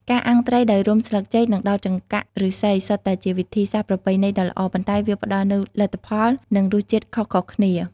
ការអាំងត្រីដោយរុំស្លឹកចេក និងដោតចង្កាក់ឫស្សី សុទ្ធតែជាវិធីសាស្រ្តប្រពៃណីដ៏ល្អ ប៉ុន្តែវាផ្តល់នូវលទ្ធផល និងរសជាតិខុសៗគ្នា។